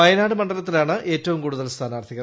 വയനാട് മണ്ഡലത്തിലാണ് ഏറ്റവും കൂടുതൽ സ്ഥാനാർത്ഥികൾ